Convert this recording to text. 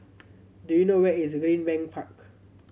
do you know where is Greenbank Park